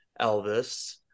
Elvis